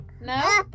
No